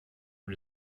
und